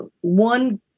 one